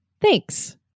Thanks